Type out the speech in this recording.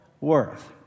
worth